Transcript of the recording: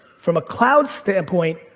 from a clouds standpoint,